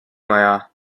maja